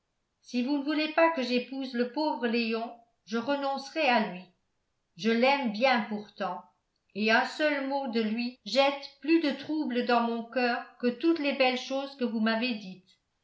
si vous ne voulez pas que j'épouse le pauvre léon je renoncerai à lui je l'aime bien pourtant et un seul mot de lui jette plus de trouble dans mon coeur que toutes les belles choses que vous m'avez dites